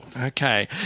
Okay